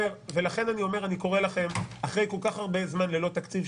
לכן אני קורא לכם אחרי כל כך הרבה זמן ללא תקציב,